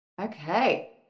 Okay